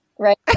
Right